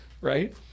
Right